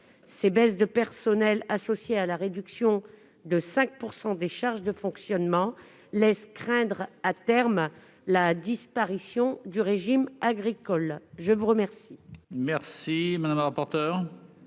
Ces baisses d'effectifs, associées à la réduction de 5 % des charges de fonctionnement, font craindre, à terme, la disparition du régime agricole. Je mets aux voix